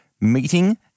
meeting